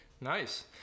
nice